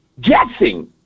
guessing